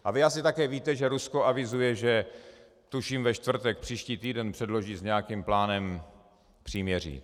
A vy asi také víte, že Rusko avizuje, že tuším ve čtvrtek příští týden předloží nějaký plán příměří.